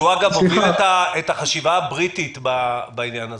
שהוא מוביל את החשיבה הבריטית בעניין הזה,